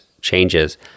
changes